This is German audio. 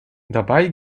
dabei